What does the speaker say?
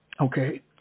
Okay